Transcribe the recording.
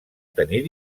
tenir